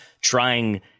trying